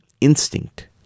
instinct